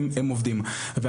להתעכב על